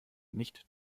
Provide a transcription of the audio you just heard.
nicht